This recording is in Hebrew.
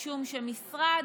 משום שמשרד